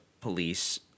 police